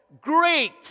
Great